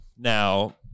Now